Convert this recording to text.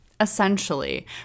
Essentially